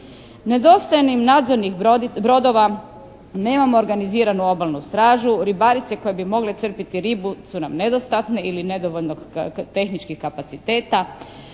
Nedostaje nam nadzornih brodova, nemamo organiziranu obalnu stražu, ribarice koje bi mogle crpiti ribu su nam nedostatne ili nedovoljno tehnički kapaciteta.